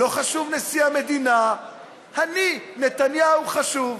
לא חשוב נשיא המדינה, אני, נתניהו, חשוב.